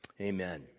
amen